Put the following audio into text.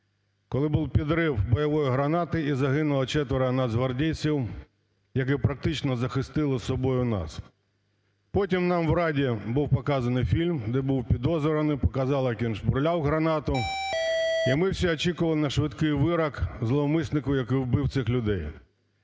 Коли був підрив бойової гранати, і загинуло четверо нацгвардійців, які практично захистили собою нас. Потім нам в Раді був показаний фільм, де був підозрюваний, показали, як він жбурляв гранату, і ми всі очікували на швидкий вирок зловмиснику, який вбив цих людей.